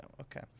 okay